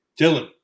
Dylan